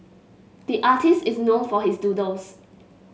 the artist is known for his doodles